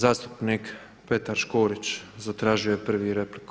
Zastupnik Petar Škorić zatražio je prvi repliku.